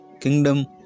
kingdom